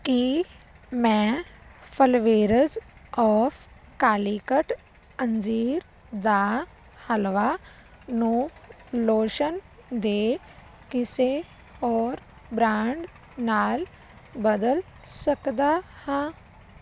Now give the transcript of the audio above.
ਕੀ ਮੈਂ flavours of Calicut ਅੰਜੀਰ ਦਾ ਹਲਵਾ ਨੂੰ ਲੋਸ਼ਨ ਦੇ ਕਿਸੇ ਹੋਰ ਬ੍ਰਾਂਡ ਨਾਲ ਬਦਲ ਸਕਦਾ ਹਾਂ